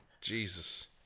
Jesus